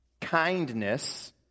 Kindness